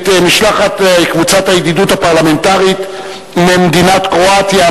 את משלחת קבוצת הידידות הפרלמנטרית ממדינת קרואטיה,